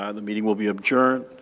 ah the meeting will be adjourned.